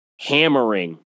hammering